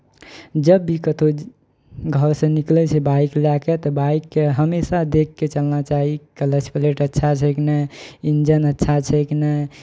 जब भी कतहु घरसँ निकलै छै बाइक लए कऽ तऽ बाइककेँ हमेशा देखि कऽ चलना चाही कलच पलेट अच्छा छै कि नहि इंजन अच्छा छै कि नहि